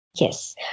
Yes